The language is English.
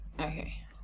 Okay